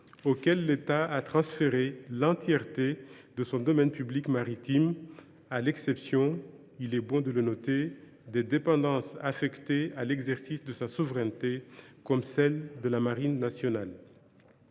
auquel l’État a transféré l’entièreté de son domaine public maritime, à l’exception – il est bon de le noter – des dépendances affectées à l’exercice de sa souveraineté, comme celles de la marine nationale.